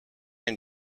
and